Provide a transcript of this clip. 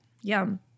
Yum